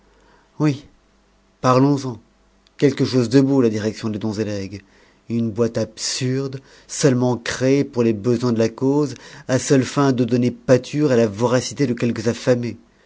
oui parlons-en quelque chose de beau la direction des dons et legs une boîte absurde seulement créée pour les besoins de la cause à seule fin de donner pâture à la voracité de quelques affamés